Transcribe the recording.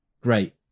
Great